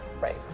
right